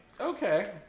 Okay